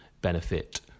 benefit